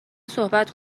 صحبت